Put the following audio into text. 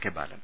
K Balan